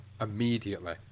immediately